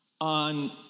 on